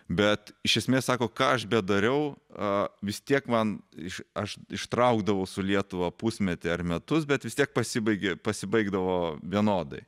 bet iš esmės sako ką aš bedariau a vis tiek man iš aš ištraukdavau su lietuva pusmetį ar metus bet vis tiek pasibaigė pasibaigdavo vienodai